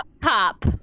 Pop